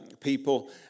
people